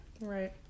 Right